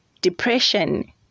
depression